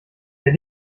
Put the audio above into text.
wer